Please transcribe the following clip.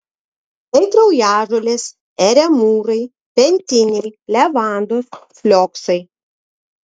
tai kraujažolės eremūrai pentiniai levandos flioksai